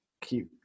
keep